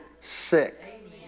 sick